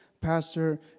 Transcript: pastor